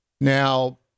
Now